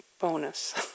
Bonus